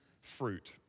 fruit